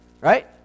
right